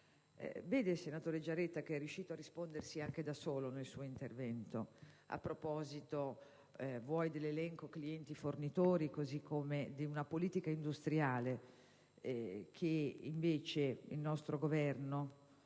il senatore Giaretta è riuscito a rispondersi da solo nel suo intervento a proposito vuoi dell'elenco clienti e fornitori vuoi di una politica industriale che invece il nostro Governo,